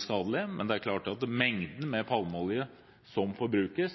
skadelig, men det er klart at mengden med palmeolje som forbrukes,